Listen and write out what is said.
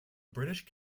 british